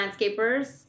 landscapers